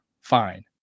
fine